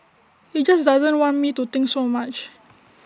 he just doesn't want me to think so much